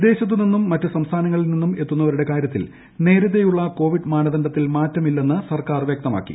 വിദേശത്തുനിന്നും മറ്റ് സംസ്ഥാനങ്ങളിൽ നിന്നും എത്തുന്നവരുടെ കാര്യത്തിൽ നേരത്തേയുള്ള കോവിഡ് മാനദണ്ഡത്തിൽ മാറ്റമില്ലെന്ന് സർക്കാർ വൃക്തമാക്കി